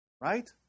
Right